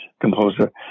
composer